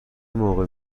موقع